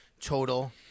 total